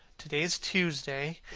to-day is tuesday.